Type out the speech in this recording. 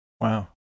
Wow